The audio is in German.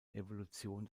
evolution